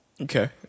Okay